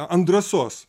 ant drąsos